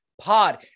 Pod